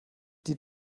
die